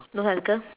don't have glove